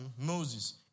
Moses